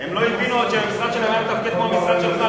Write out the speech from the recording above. הם לא הבינו עוד שאם המשרד שלהם היה מתפקד כמו המשרד שלך,